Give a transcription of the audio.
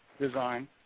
design